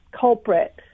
culprit